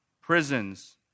Prisons